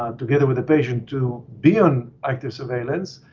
ah together with the patient to be on active surveillance,